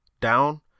down